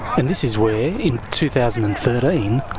and this is where, in two thousand and thirteen,